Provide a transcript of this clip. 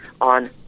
on